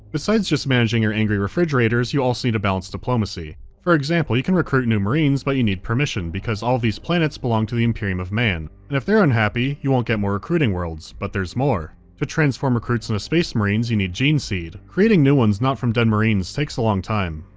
besides just managing your angry refrigerators, you also need to balance diplomacy. for example, you can recruit new marines, but you need permission, because all of these planets belong to the imperium of man, and if they're unhappy, you won't get more recruiting worlds. but there's more! to transform recruits into and space marines, you need gene-seed. creating new ones, not from dead marines, takes a long time,